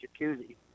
jacuzzi